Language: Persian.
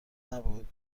نبود